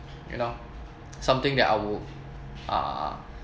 you know something that I would uh